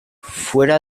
fuera